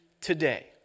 today